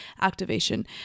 activation